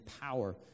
power